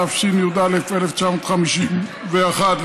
התשי"א 1951,